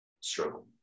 struggle